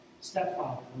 stepfather